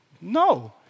No